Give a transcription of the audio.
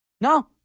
no